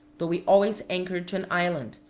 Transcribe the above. though we always anchored to an island,